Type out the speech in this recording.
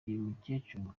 mukecuru